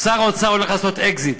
שר האוצר הולך לעשות אקזיט.